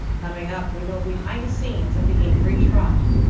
coming up, we go behind the scenes of the avery trial.